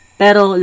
pero